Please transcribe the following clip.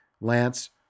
Lance